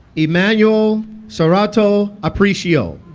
emmanuel serrato aparicio